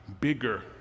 bigger